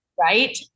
Right